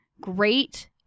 great